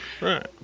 Right